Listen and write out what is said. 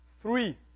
Three